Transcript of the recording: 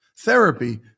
Therapy